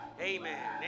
Amen